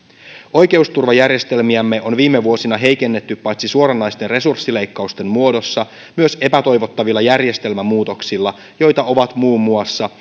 oikeusturvajärjestelmiämme on viime vuosina heikennetty paitsi suoranaisten resurssileikkausten muodossa myös epätoivottavilla järjestelmämuutoksilla joita ovat muun muassa